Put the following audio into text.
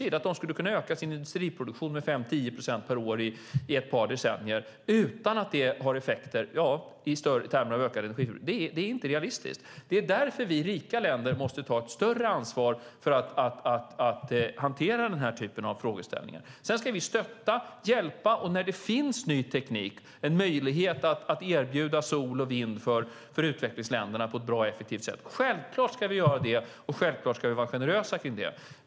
Att Sydafrika skulle kunna öka sin industriproduktion med 5-10 procent per år i ett par decennier utan att det får effekter i termer av ökad energiförbrukning är inte realistiskt. Det är därför vi rika länder måste ta ett större ansvar för att hantera denna typ av frågeställningar. Vi ska stötta och hjälpa, och när det finns ny teknik och en möjlighet att erbjuda sol och vindkraft för utvecklingsländerna på ett bra sätt ska vi självklart göra det och vara generösa med det.